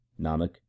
Nanak